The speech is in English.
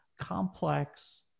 complex